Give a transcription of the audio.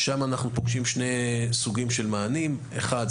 שם אנחנו פוגשים שני סוגים של מענים אחד,